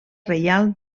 reial